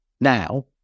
now